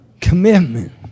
commitment